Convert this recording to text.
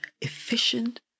efficient